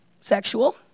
sexual